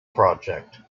project